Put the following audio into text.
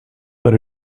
but